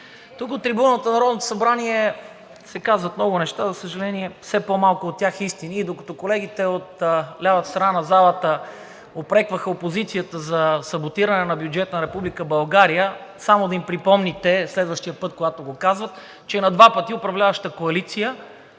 Тук, от трибуната на Народното събрание се казват много неща, за съжаление, все по-малко от тях истини, и докато колегите от лявата страна на залата упрекваха опозицията за саботиране на бюджета на Република България, само да им припомните следващия път, когато го казват, че на два пъти управляващата коалиция